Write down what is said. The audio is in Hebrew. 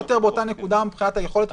יותר באותה נקודה מבחינת היכולת להרחיב את זה.